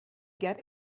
get